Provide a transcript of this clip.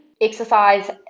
exercise